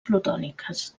plutòniques